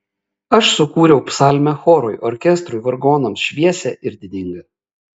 aš sukūriau psalmę chorui orkestrui vargonams šviesią ir didingą